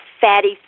Fatty